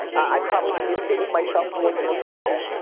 i probably communicate with myself more than most people.